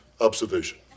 observation